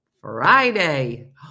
Friday